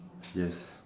yes